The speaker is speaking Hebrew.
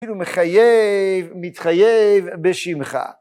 כאילו מחייב, מתחייב בשמך.